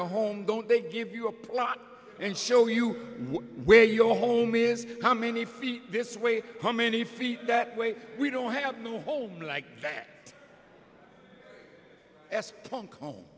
a home don't they give you a plot and show you where your home is how many feet this way how many feet that way we don't have to move home like s punk